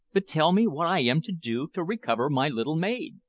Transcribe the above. but tell me what i am to do to recover my little maid.